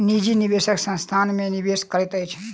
निजी निवेशक संस्थान में निवेश करैत अछि